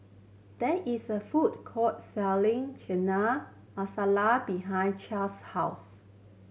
there is a food court selling Chana Masala behind 's house